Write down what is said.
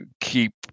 keep